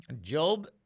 Job